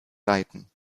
reiten